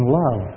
love